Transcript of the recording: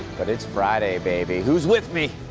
but it's friday, baby! who's with me?